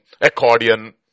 accordion